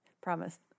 Promise